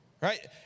Right